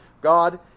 God